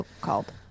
called